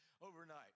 overnight